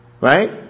Right